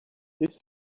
his